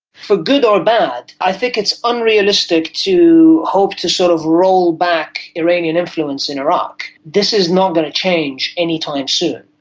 for good or bad i think it's unrealistic to hope to sort of roll back iranian influence in iraq. this is not going to change anytime soon.